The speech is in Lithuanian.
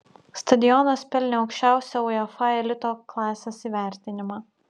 stadionas pelnė aukščiausią uefa elito klasės įvertinimą